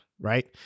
right